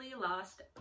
lost